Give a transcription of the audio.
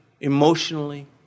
emotionally